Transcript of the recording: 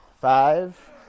Five